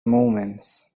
movements